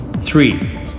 three